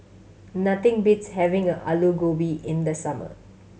nothing beats having a Alu Gobi in the summer